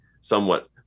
somewhat